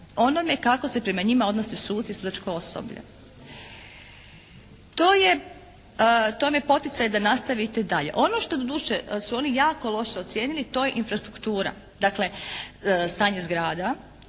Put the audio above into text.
onome kako se prema njima odnose suci i sudačko osoblje. To je, to vam je poticaj da nastavite dalje. Ono doduše što su oni jako loše ocijenili to je infrastruktura. Dakle stanje zgrada